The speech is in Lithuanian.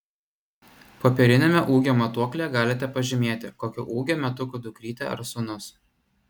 popieriniame ūgio matuoklyje galite pažymėti kokio ūgio metukų dukrytė ar sūnus